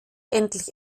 endlich